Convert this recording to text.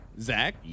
Zach